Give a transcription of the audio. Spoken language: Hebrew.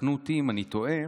תקנו אותי אם אני טועה: